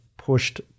Pushed